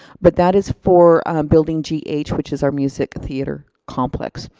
but that is for building g h which is our music theatre complex.